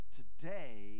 today